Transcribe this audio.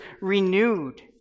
renewed